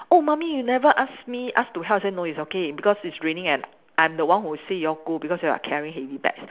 oh mummy you never ask me ask to help I say no it's okay because it's raining and I'm the one who say you all go because you all carrying heavy bags